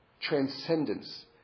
transcendence